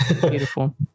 Beautiful